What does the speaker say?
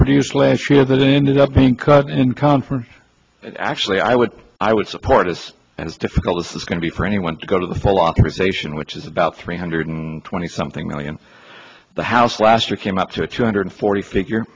produce last year that ended up being cut in conference actually i would i would support us and it's difficult this is going to be for anyone to go to the full authorization which is about three hundred twenty something million the house last year came up to a two hundred forty figure